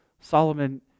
Solomon